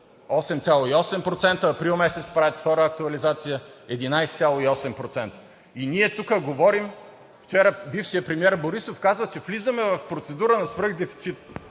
8,8%, месец април правят втора актуализация 11,8%. И ние тук говорим, вчера бившият премиер Борисов казва, че влизаме в процедура на свръхдефицит!